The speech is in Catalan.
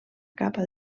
capa